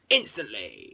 instantly